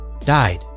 died